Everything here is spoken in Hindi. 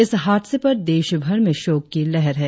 इस हादसे पर देश भर में शोक की लहर है